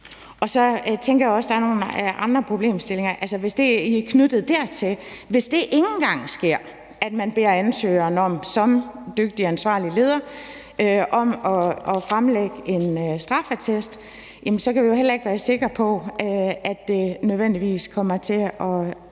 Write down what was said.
Jeg tænker også, der er nogle andre problemstillinger knytter dertil, for hvis det ikke engang sker, at man som dygtig og ansvarlig leder beder ansøgeren om at fremlægge en straffeattest, så kan vi jo heller ikke være sikre på, at det kommer til at